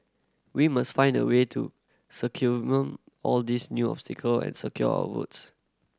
we must find a way to circumvent all these new obstacle and secure our votes